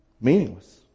meaningless